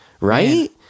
right